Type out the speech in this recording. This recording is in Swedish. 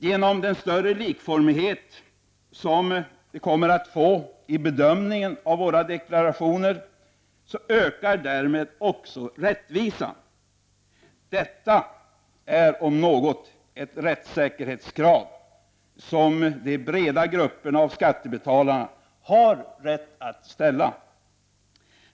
Genom den större likformighet vi kommer att få vid bedömningen av våra deklarationer ökar också rättvisan. Detta är om något ett rättssäkerhetskrav som de breda grupperna av skattebetalare har rätt att ställa.